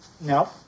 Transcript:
No